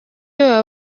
baba